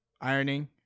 ironing